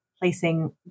Placing